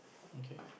okay